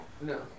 no